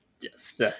yes